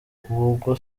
ubwo